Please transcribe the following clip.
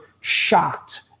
shocked